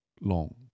long